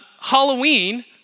Halloween